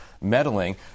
meddling